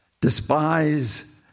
despise